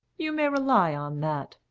you may rely on that,